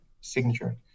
signature